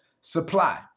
supply